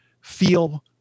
feel